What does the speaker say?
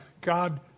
God